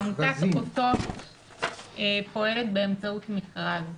עמותת אותות פועלת באמצעות מכרז.